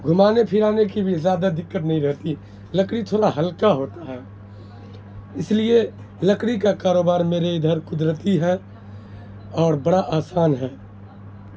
گھمانے پھرانے کی بھی زیادہ دقت نہیں رہتی لکڑی تھوڑا ہلکا ہوتا ہے اس لیے لکڑی کا کاروبار میرے ادھر قدرتی ہے اور بڑا آسان ہے